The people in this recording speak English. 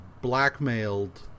blackmailed